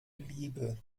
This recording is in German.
liebe